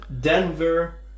Denver